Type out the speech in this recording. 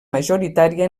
majoritària